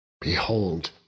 Behold